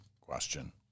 question